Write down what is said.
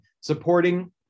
Supporting